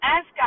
Ask